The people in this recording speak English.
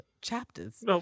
chapters